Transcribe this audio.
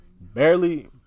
barely